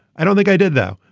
i don't think i did though.